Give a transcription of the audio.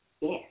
Yes